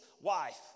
wife